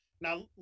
now